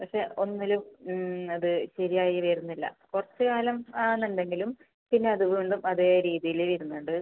പക്ഷെ ഒന്നിലും അത് ശരി ആയി വരുന്നില്ല കുറച്ച് കാലം ആവുന്നുണ്ടെങ്കിലും പിന്നെ അത് വീണ്ടും അതെ രീതിയിൽ വരുന്നുണ്ട്